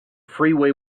freeway